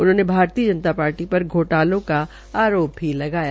उन्होंने भारतीय जनता पार्टी पर घोटालों का आरोप भी लगाया